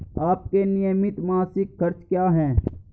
आपके नियमित मासिक खर्च क्या हैं?